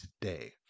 today